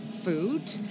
food